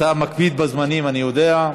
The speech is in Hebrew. אתה מקפיד בזמנים, אני יודע.